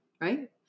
Right